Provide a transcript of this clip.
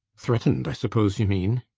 threatened, i suppose you mean?